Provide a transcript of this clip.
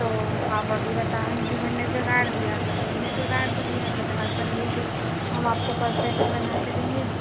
तो आप अभी बता रही थी उन्होंने बिगाड़ दिया था तो उन्होंने बिगाड़ तो दिया था चार सौ लिए थे हम आपको परफ़ेक्ट बना कर देंगे ना